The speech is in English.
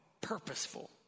purposeful